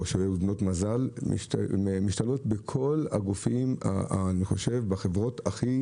או שהן בנות מזל שמשתלבות בכל הגופים בחברות הכי